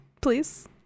please